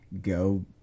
go